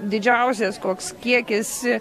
didžiausias koks kiekis